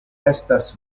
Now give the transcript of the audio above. estas